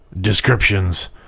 descriptions